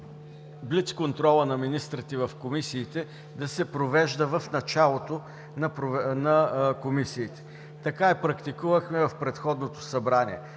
блицконтролът на министрите в комисиите да се провежда в началото на заседанието им. Така практикувахме в предходното Събрание